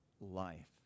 life